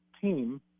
team